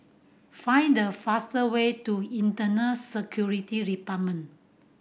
find the fast way to Internal Security Department